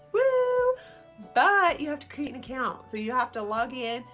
wahoo but you have to create an account so you have to log in,